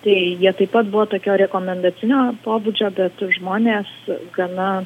tai jie taip pat buvo tokio rekomendacinio pobūdžio bet žmonės gana